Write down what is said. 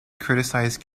criticised